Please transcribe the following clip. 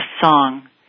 song